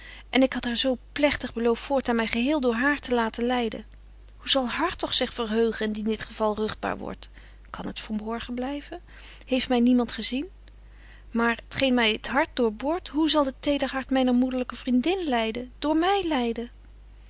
en ik had haar zo plegtig belooft voortaan my geheel door haar te laten leiden hoe zal hartog zich betje wolff en aagje deken historie van mejuffrouw sara burgerhart verheugen indien dit geval ruchtbaar wordt kan het verborgen blyven heeft my niemand gezien maar t geen my t hart doorboort hoe zal het teder hart myner moederlyke vriendin lyden door my lyden